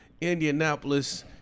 indianapolis